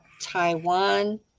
Taiwan